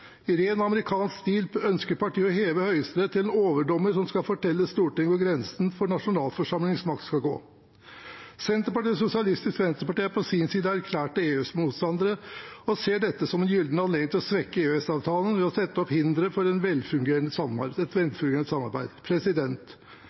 I ren amerikansk stil ønsker partiet å heve Høyesterett til en overdommer som skal fortelle Stortinget om hvor grensen for nasjonalforsamlingens makt skal gå. Senterpartiet og Sosialistisk Venstreparti er på sin side erklærte EØS-motstandere og ser dette som en gyllen anledning til å svekke EØS-avtalen ved å sette opp hindre for et velfungerende